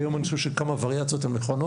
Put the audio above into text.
היום אני חושב שכמה וריאציות הן נכונות.